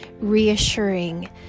reassuring